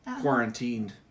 quarantined